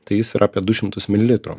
tai jis yra apie du šimtus mililitrų